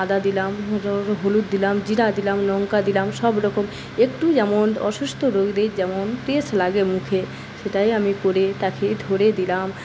আদা দিলাম হলুদ দিলাম জিরা দিলাম লঙ্কা দিলাম সবরকম একটু যেমন অসুস্থ রোগীদের যেমন টেস্ট লাগে মুখে সেটাই আমি করে তাকে ধরে দিলাম